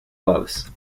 loves